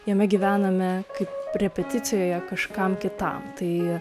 jame gyvename kaip repeticijoje kažkam kitam tai